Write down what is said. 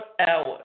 hours